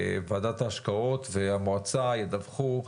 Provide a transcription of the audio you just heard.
ועדת ההשקעות והמועצה ידווחו,